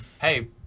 hey